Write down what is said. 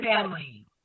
family